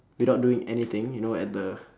without doing anything you know at the